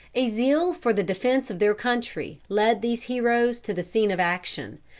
a zeal for the defence of their country led these heroes to the scene of action,